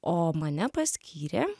o mane paskyrė